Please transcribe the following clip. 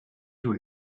too